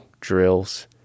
drills